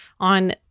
on